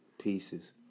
pieces